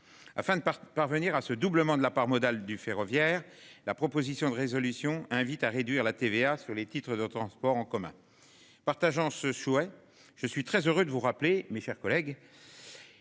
Afin de par parvenir à ce doublement de la part modale du ferroviaire, la proposition de résolution invite à réduire la TVA sur les titres de transport en commun. Partageant ce souhait. Je suis très heureux de vous rappeler mes chers collègues.